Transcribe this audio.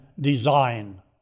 design